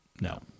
no